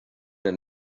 and